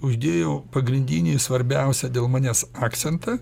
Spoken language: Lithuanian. uždėjau pagrindinį svarbiausią dėl manęs akcentą